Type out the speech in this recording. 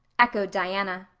echoed diana.